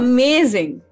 Amazing